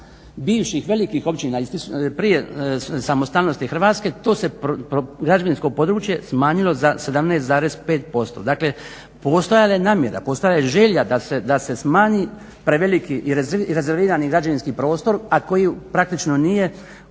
bivših velikih općina prije samostalnosti Hrvatske to se građevinsko područje smanjilo za 17,5%. Dakle postojala je namjera, postojala je želja da se smanji preveliki rezervirani građevinski prostor a koji praktički nije opravdao